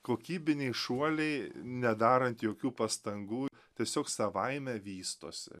kokybiniai šuoliai nedarant jokių pastangų tiesiog savaime vystosi